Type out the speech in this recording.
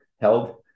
held